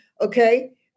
okay